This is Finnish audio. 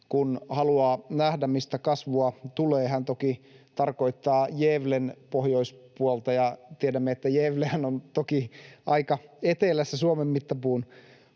kun haluaa nähdä, mistä kasvua tulee. Hän toki tarkoittaa Gävlen pohjoispuolta, ja tiedämme, että Gävlehän on toki aika etelässä Suomen mittapuun